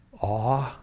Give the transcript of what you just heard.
awe